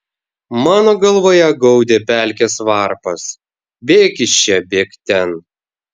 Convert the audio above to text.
mano galvoje gaudė pelkės varpas bėk iš čia bėk ten